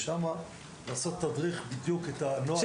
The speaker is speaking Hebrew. ושם לעשות תדריך בדיוק על הנוהל.